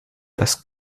das